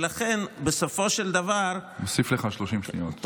אני מוסיף לך 30 שניות.